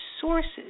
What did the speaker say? sources